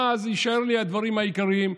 ואז יישארו לי הדברים העיקריים.